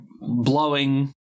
blowing